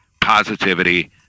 Positivity